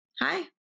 Hi